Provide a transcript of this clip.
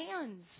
hands